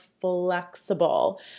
flexible